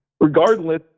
Regardless